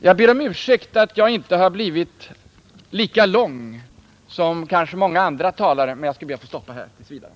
Jag ber om ursäkt att jag inte har talat lika länge som många andra talare, men jag skall be att få stoppa här tills vidare.